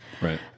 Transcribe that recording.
Right